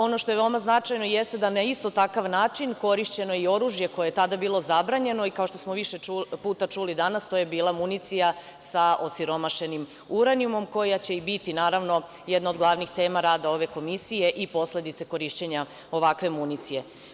Ono što je veoma značajno jeste da na isto takav način korišćeno je i oružje koje je tada bilo zabranjeno i kao što smo više puta čuli danas, to je bila municija sa osiromašenim uranijumom koja će i biti naravno jedna od glavnih tema rada ove komisije i posledice korišćenja ovakve municije.